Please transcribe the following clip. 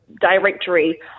directory